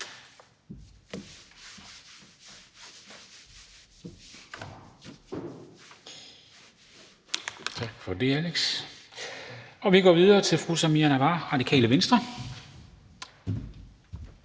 bemærkninger. Vi går videre til fru Samira Nawa, Radikale Venstre.